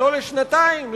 לא לשנתיים,